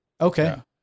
Okay